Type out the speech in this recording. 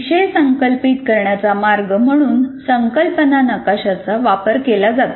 विषय संकल्पित करण्याचा मार्ग म्हणून संकल्पना नकाशाचा वापर केला जातो